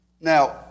Now